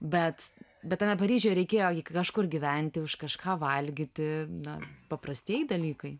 bet bet tame paryžiuje reikėjo juk kažkur gyventi už kažką valgyti na paprastieji dalykai